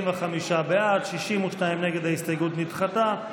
45 בעד, 62 נגד, ההסתייגות נדחתה.